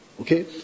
Okay